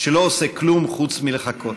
ולא עושה כלום חוץ מלחכות.